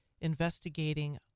investigating